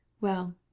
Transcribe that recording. Well